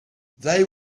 they